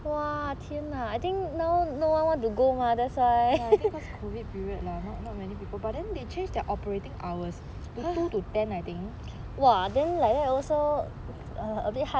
I think cause COVID period lah not not many people but then they change their operating hours from two to ten I think